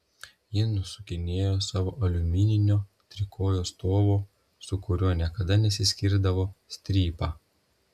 ji nusukinėjo savo aliumininio trikojo stovo su kuriuo niekada nesiskirdavo strypą